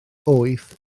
wyth